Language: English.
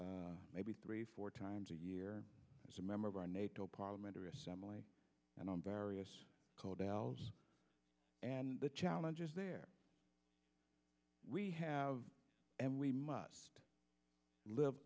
world maybe three four times a year as a member of our nato parliamentary assembly and on various cold l's and the challenges there we have and we must live